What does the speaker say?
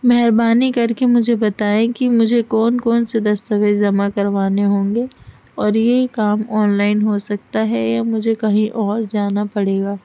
مہربانی کر کے مجھے بتائیں کہ مجھے کون کون سے دستاویز جمع کروانے ہوں گے اور یہی کام آنلائن ہو سکتا ہے یا مجھے کہیں اور جانا پڑے گا